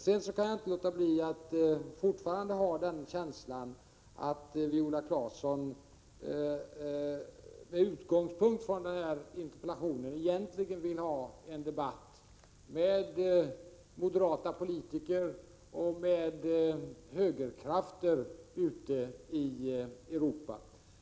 Jag kan inte frigöra mig från känslan att Viola Claesson med utgångspunkt i interpellationen egentligen vill ha en debatt med moderata politiker och med högerkrafter i Europa.